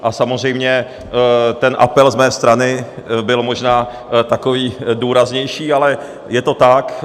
A samozřejmě ten apel z mé strany byl možná takový důraznější, ale je to tak.